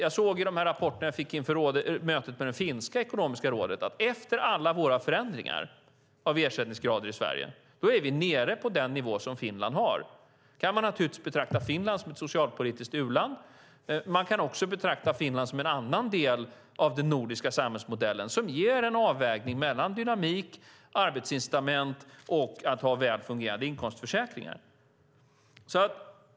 I de rapporter jag fick inför mötet med det finska ekonomiska rådet såg jag att vi, efter alla våra förändringar av ersättningsgrader i Sverige, är nere på den nivå som Finland har. Man kan naturligtvis betrakta Finland som ett socialpolitiskt u-land, men man kan också betrakta Finland som en annan del av den nordiska samhällsmodellen som ger en avvägning mellan dynamik, arbetsincitament och att ha väl fungerande inkomstförsäkringar.